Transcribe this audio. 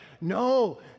no